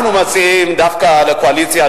אנחנו מציעים לקואליציה,